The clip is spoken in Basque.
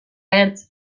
ertz